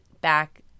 back